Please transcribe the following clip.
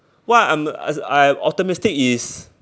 why I'm as I'm optimistic is